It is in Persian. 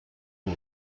بود